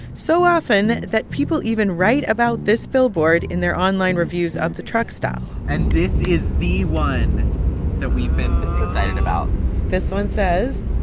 so often that people even write about this billboard in their online reviews of the truck stop and this is the one that we've been excited about this one says.